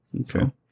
Okay